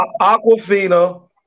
Aquafina